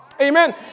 Amen